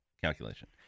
calculation